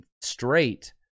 straight